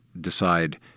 decide